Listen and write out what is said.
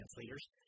leaders